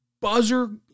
buzzer